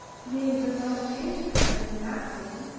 yea, your knowledge is perfect in that thing,